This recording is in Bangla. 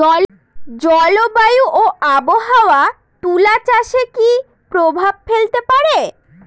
জলবায়ু ও আবহাওয়া তুলা চাষে কি প্রভাব ফেলতে পারে?